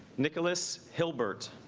nicholas hilbert